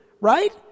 right